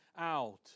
out